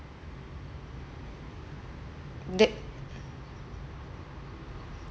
that